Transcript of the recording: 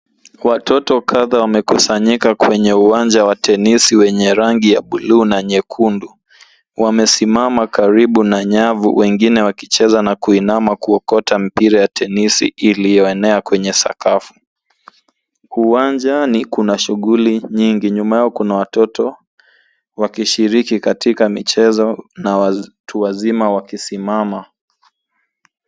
Watoto kadha wamekusanyika kwenye uwanja wa tenisi wenye rangi ya buluu na nyekundu. Wamesimama karibu na nyavu wengine wakicheza na kuinama kuokota mpira ya tenisi iliyoenea kwenye sakafu. Uwanjani kuna shughuli nyingi. Nyuma yao kuna watoto wakishiriki katika michezo na watu wazima wakisimama.